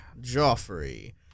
Joffrey